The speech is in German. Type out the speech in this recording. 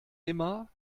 immer